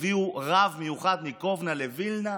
והביאו רב מיוחד מקובנה לווילנה,